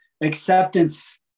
acceptance